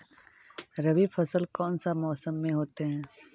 रवि फसल कौन सा मौसम में होते हैं?